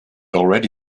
already